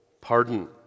pardon